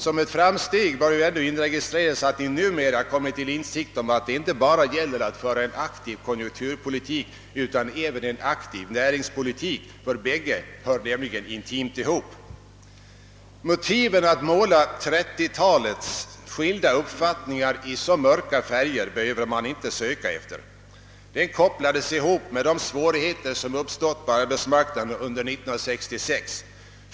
Som ett framsteg bör ändå inregistreras att ni numera kommit till insikt om att det inte bara gäller att föra en aktiv konjunkturpolitik utan även en aktiv näringspolitik. De båda hör intimt ihop. Motivet för att måla 1930-talets skilda uppfattningar i så mörka färger behöver man inte söka efter. Det var de svårigheter som uppstått på arbetsmarknaden under 1966.